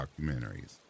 documentaries